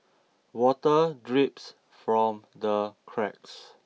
water drips from the cracks